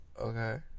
Okay